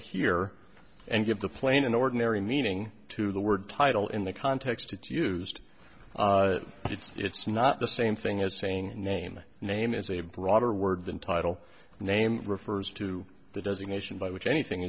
here and give the plain an ordinary meaning to the word title in the context it's used it's not the same thing as saying name name is a broader word than title name refers to the designation by which anything